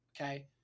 okay